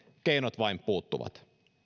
keinot vain puuttuvat